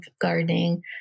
gardening